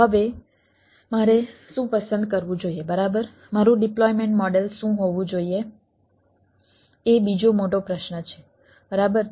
તો હવે મારે શું પસંદ કરવું જોઈએ બરાબર મારું ડિપ્લોયમેન્ટ મોડેલ શું હોવું જોઈએ એ બીજો મોટો પ્રશ્ન છે બરાબર